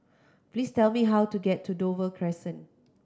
please tell me how to get to Dover Crescent